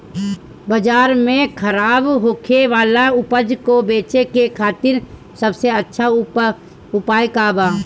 बाजार में खराब होखे वाला उपज को बेचे के खातिर सबसे अच्छा उपाय का बा?